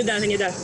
אני יודעת.